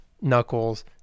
Knuckles